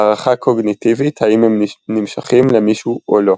הערכה קוגניטיבית האם הם נמשכים למישהו או לא.